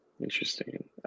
Interesting